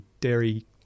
dairy